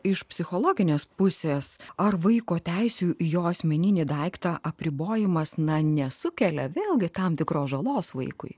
iš psichologinės pusės ar vaiko teisių jo asmeninį daiktą apribojimas na nesukelia vėlgi tam tikros žalos vaikui